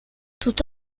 tout